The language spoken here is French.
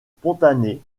spontané